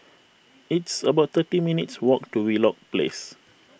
it's about thirty minutes' walk to Wheelock Place